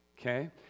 okay